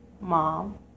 mom